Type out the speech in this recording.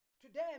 Today